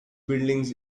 buildings